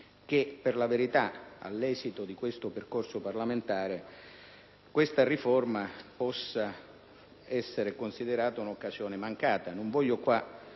ma temiamo che, all'esito di questo percorso parlamentare, questa riforma possa essere considerata un'occasione mancata. Non voglio qui